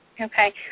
Okay